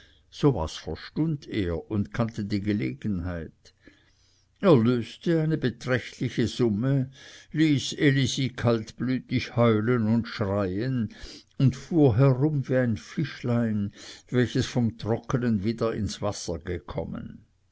so was verstund er und kannte die gelegenheit er löste eine beträchtliche summe ließ elisi kaltblütig heulen und schreien und fuhr herum wie ein fischlein welches vom trocknen wieder ins wasser gekommen